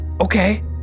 okay